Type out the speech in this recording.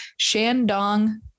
Shandong